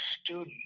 student